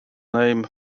name